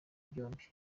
byombi